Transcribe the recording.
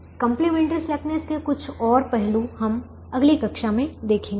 complementary slackness के कुछ और पहलू हम अगली कक्षा में देखेंगे